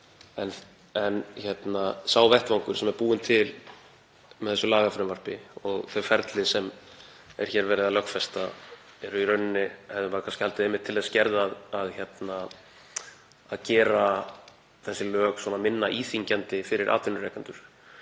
En sá vettvangur sem er búinn til með þessu lagafrumvarpi — þau ferli sem hér er verið að lögfesta eru í raun, hefði maður haldið, einmitt til þess gerð að gera þessi lög minna íþyngjandi fyrir atvinnurekendur